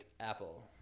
apple